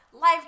life